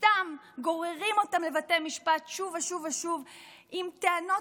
סתם גוררים אותם לבתי משפט שוב ושוב ושוב בטענות